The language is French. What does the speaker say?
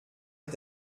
est